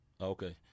Okay